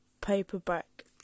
paperback